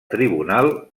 tribunal